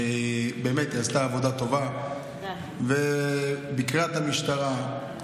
היא באמת עשתה עבודה טובה, ביקרה את המשטרה.